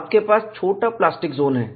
आपके पास छोटा प्लास्टिक जोन है